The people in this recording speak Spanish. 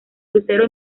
crucero